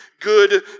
good